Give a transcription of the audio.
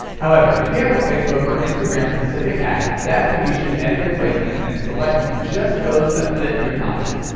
however, if you have ah facebook or instagram specific ads, that's when you should edit your placements and select just those that fit your content.